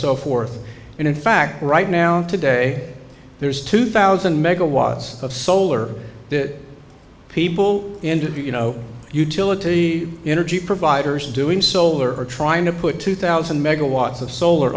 so forth and in fact right now today there's two thousand megawatts of solar that people and you know utility energy providers doing solar are trying to put two thousand megawatts of solar